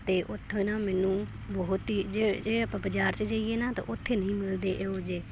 ਅਤੇ ਉੱਥੋਂ ਨਾ ਮੈਨੂੰ ਬਹੁਤ ਹੀ ਜੇ ਜੇ ਆਪਾਂ ਬਾਜ਼ਾਰ 'ਚ ਜਾਈਏ ਨਾ ਤਾਂ ਉੱਥੇ ਨਹੀਂ ਮਿਲਦੇ ਇਹੋ ਜਿਹੇ